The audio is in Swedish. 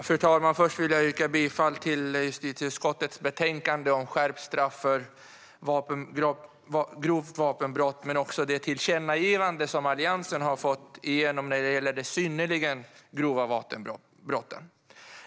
Fru talman! Först vill jag yrka bifall till justitieutskottets förslag i betänkandet om skärpt straff för grovt vapenbrott och till de tillkännagivanden som Alliansen har fått igenom när det gäller de synnerligen grova vapenbrotten.